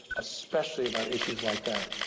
especially about issues like that,